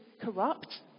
corrupt